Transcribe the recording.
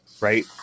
right